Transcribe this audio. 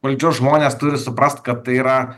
valdžios žmonės turi suprast kad tai yra